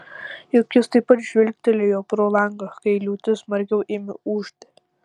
juk jis taip pat žvilgtelėjo pro langą kai liūtis smarkiau ėmė ūžti